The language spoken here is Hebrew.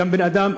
גם כאדם,